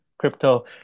crypto